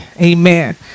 Amen